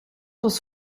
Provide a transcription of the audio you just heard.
was